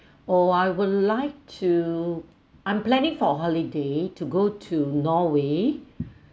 oh I would like to I'm planning for holiday to go to norway